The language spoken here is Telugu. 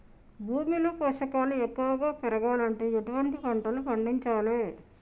భూమిలో పోషకాలు ఎక్కువగా పెరగాలంటే ఎటువంటి పంటలు పండించాలే?